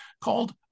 called